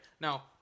now